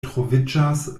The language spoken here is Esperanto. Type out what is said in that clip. troviĝas